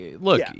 Look